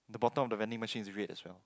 the bottom of the vending machine is red as well